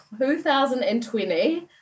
2020